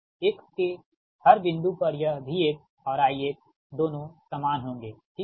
x के हर बिंदु पर यह v और I दोनों सामान होंगे ठीक है